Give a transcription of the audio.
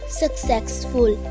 successful